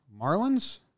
Marlins